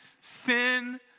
sin